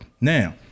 Now